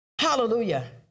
Hallelujah